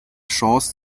chance